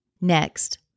Next